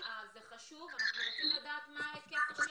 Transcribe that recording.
זה חשוב, אנחנו רוצים לדעת מה היקף השירות,